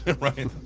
Right